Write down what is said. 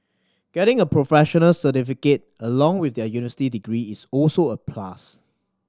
getting a professional certificate along with their university degree is also a plus